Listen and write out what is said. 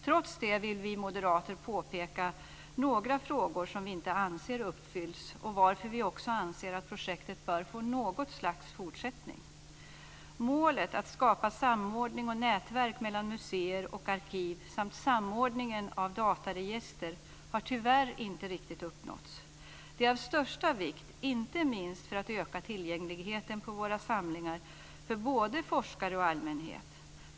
Trots det vill vi moderater peka på några frågor som vi anser inte har uppfyllts och varför vi också anser att projektet bör få något slags fortsättning. Målet att skapa samordning och nätverk mellan museer och arkiv samt samordningen av dataregister har tyvärr inte riktigt uppnåtts. Det är av största vikt, inte minst för att öka tillgängligheten till våra samlingar, för både forskare och allmänhet.